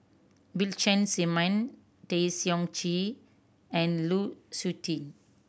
Bill Chen Simon Tay Seong Chee and Lu Suitin